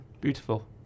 beautiful